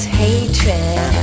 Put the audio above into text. hatred